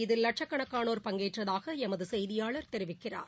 இதில் லட்சக்கணக்கானோர் பங்கேற்றதாக எமது செய்தியாளர் தெரிவிக்கிறார்